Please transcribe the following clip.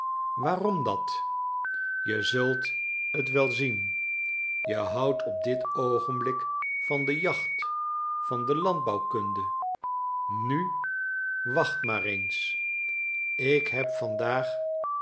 waarom dat je zult het wel zien je houdt op dit oogenblik van de jacht van de landbouwkunde nu wacht maar eens ik heb vandaag